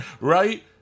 Right